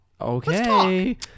Okay